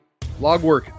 Logwork